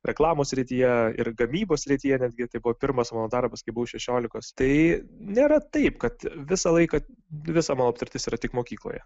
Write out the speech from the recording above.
reklamos srityje ir gamybos srityje netgi tai buvo pirmas mano darbas kai buvau šešiolikos tai nėra taip kad visą laiką visa mano patirtis yra tik mokykloje